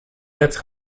left